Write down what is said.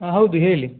ಹಾಂ ಹೌದು ಹೇಳಿ